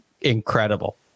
incredible